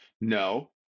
No